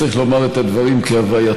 צריך לומר את הדברים כהווייתם.